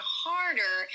harder